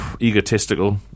egotistical